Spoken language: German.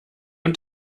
und